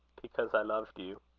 because i loved you.